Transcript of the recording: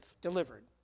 delivered